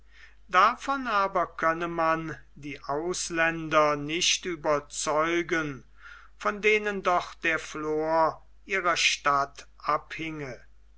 davon aber könne man die ausländer nicht überzeugen von denen doch der flor ihrer stadt abhinge